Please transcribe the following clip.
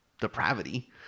depravity